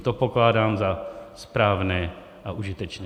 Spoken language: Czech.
To pokládám za správné a užitečné.